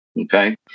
okay